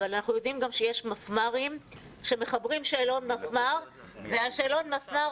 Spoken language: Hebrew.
אבל אנחנו גם יודעים שיש מפמ"רים שמחברים שאלון מפמ"ר ושאלון המפמ"ר,